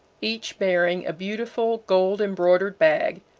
each bearing a beautiful gold-embroidered bag,